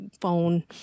phone